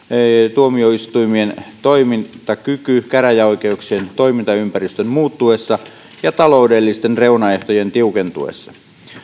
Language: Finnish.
tuomioistuimien toimintakyky käräjäoikeuksien toimintaympäristön muuttuessa ja taloudellisten reunaehtojen tiukentuessa